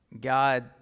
God